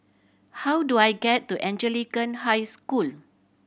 how do I get to Anglican High School